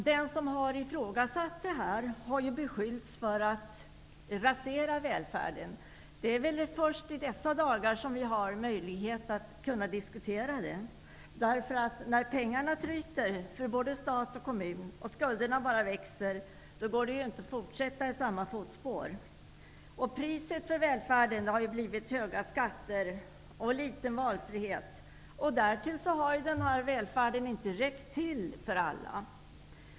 Den som har ifrågasatt detta har beskyllts för att vilja rasera välfärden. Det är väl först i dessa dagar som vi har möjlighet att diskutera det. När pengarna tryter för både stat och kommun och skulderna bara växer går det ju inte att fortsätta i samma fotspår. Priset för välfärden har blivit höga skatter och liten valfrihet. Därtill har denna välfärd inte räckt till för alla.